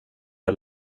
att